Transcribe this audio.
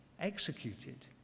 executed